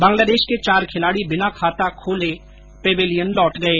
बंगलादेश के चार खिलाड़ी बिना खाता खोलने पैवेलियन लौटे